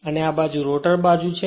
અને આ બાજુ રોટર બાજુ છે